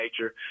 nature